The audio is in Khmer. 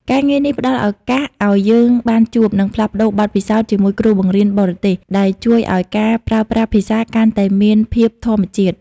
ការងារនេះផ្តល់ឱកាសឱ្យយើងបានជួប និងផ្លាស់ប្តូរបទពិសោធន៍ជាមួយគ្រូបង្រៀនបរទេស ដែលជួយឱ្យការប្រើប្រាស់ភាសាកាន់តែមានភាពធម្មជាតិ។